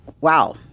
wow